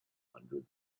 hundred